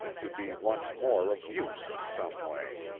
to be once more of use in some way.